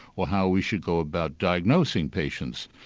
or how we should go about diagnosing patients.